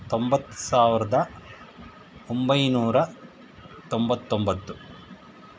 ತೊಂಬತ್ತು ಸಾವಿರದ ಒಂಬೈನೂರ ತೊಂಬತ್ತೊಂಬತ್ತು